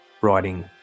writing